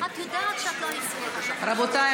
רבותיי,